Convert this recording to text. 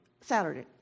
Saturday